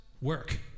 Work